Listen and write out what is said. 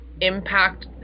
impact